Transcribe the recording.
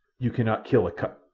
you cannot kill akut,